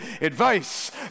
advice